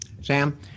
Sam